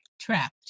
trapped